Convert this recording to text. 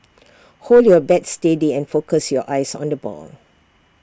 hold your bat steady and focus your eyes on the ball